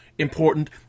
important